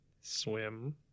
swim